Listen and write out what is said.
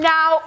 Now